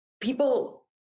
people